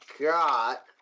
got